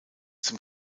zum